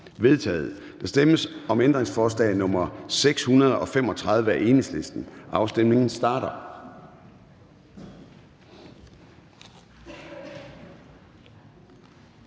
forkastet. Der stemmes om ændringsforslag nr. 637 af Enhedslisten. Afstemningen starter.